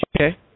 Okay